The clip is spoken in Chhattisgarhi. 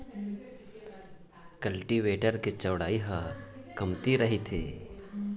कल्टीवेटर के चउड़ई ह कमती रहिथे